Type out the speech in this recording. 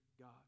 God